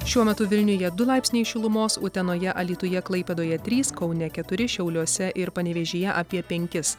šiuo metu vilniuje du laipsniai šilumos utenoje alytuje klaipėdoje trys kaune keturi šiauliuose ir panevėžyje apie penkis